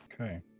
Okay